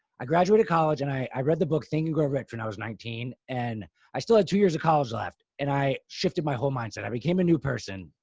i graduated college and i i read the book think and grow rich when i was nineteen. and i still had two years of college left and i shifted my whole mindset. i became a new person.